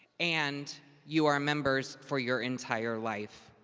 and you are a members for your entire life.